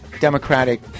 Democratic